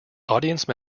audience